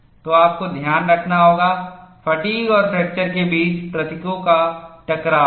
तो आपको ध्यान रखना होगा फ़ैटिग् और फ्रैक्चर के बीच प्रतीकों का टकराव है